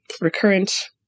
recurrent